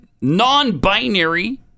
non-binary